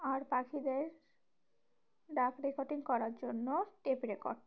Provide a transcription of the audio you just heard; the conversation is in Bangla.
আর পাখিদের ডাক রেকর্ডিং করার জন্য টেপ রেকর্ড